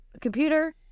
Computer